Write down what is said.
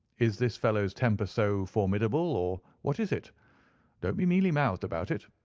is this fellow's temper so formidable, or what is it? don't be mealy-mouthed about it.